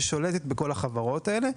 ששולטת בכל החברות האלה.